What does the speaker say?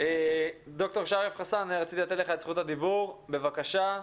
ד"ר שרף חסאן, בבקשה.